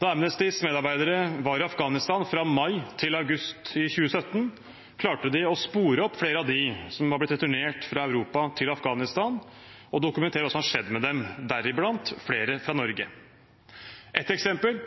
Da Amnestys medarbeidere var i Afghanistan fra mai til august i 2017, klarte de å spore opp flere av dem som var blitt returnert fra Europa til Afghanistan, og dokumentere hva som har skjedd med dem, deriblant flere fra Norge. Ett eksempel